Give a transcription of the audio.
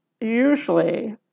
usually